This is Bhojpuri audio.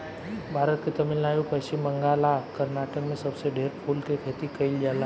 भारत के तमिलनाडु, पश्चिम बंगाल आ कर्नाटक में सबसे ढेर फूल के खेती कईल जाला